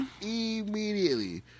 Immediately